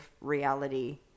reality